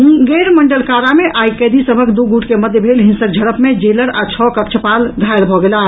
मुंगेर मंडल कारा मे आई कैदी सभक दू गूट के मध्य भेल हिंसक झड़प मे जेलर आ छओ कक्षपाल घायल भऽ गेलाह